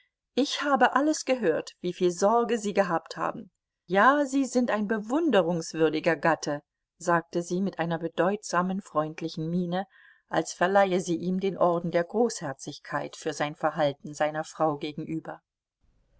ich habe alles gehört wieviel sorge sie gehabt haben ja sie sind ein bewunderungswürdiger gatte sagte sie mit einer bedeutsamen freundlichen miene als verleihe sie ihm den orden der großherzigkeit für sein verhalten seiner frau gegenüber